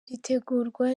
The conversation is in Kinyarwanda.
ritegurwa